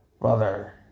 brother